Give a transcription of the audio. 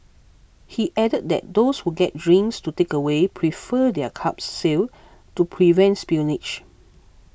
he added that those who get drinks to takeaway prefer their cups sealed to prevent spillage